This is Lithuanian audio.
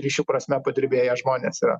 ryšių prasme padirbėję žmonės yra